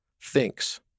thinks